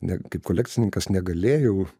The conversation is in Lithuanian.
ne kaip kolekcininkas negalėjau